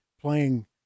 playing